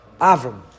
Avram